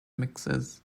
mixes